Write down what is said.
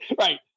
Right